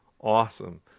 awesome